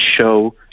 show